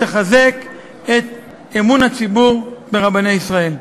ותחזק את אמון הציבור ברבני ישראל.